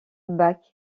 bach